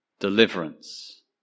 Deliverance